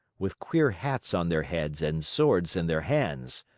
with queer hats on their heads and swords in their hands.